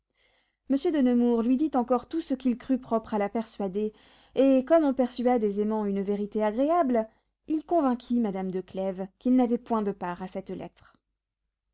monsieur de nemours lui dit encore tout ce qu'il crut propre à la persuader et comme on persuade aisément une vérité agréable il convainquit madame de clèves qu'il n'avait point de part à cette lettre